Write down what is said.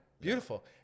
Beautiful